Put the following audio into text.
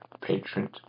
patron